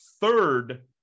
third